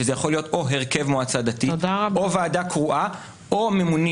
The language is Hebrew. שזה יכול להיות או הרכב מועצה דתית או ועדה קרואה או מורשה חתימה זמני.